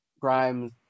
Grimes